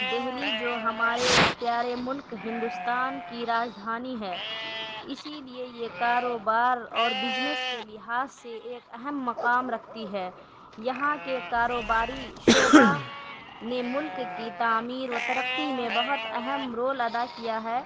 دہلی جو ہمارے پیارے ملک ہندوستان کی راجدھانی ہے اسی لیے یہ کاروبار اور بزنس کے لحاظ سے ایک اہم مقام رکھتی ہے یہاں کے کاروباری شعبہ نے ملک کی تعمیر و ترقّی میں بہت اہم رول ادا کیا ہے